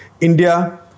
India